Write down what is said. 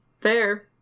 fair